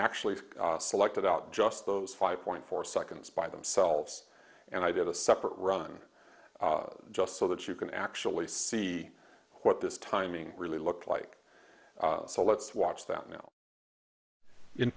actually selected out just those five point four seconds by themselves and i did a separate run just so that you can actually see what this timing really looked like so let's watch that now in